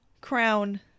crown